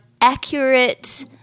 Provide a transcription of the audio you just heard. accurate